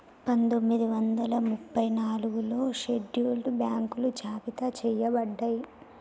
పందొమ్మిది వందల ముప్పై నాలుగులో షెడ్యూల్డ్ బ్యాంకులు జాబితా చెయ్యబడ్డయ్